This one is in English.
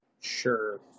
sure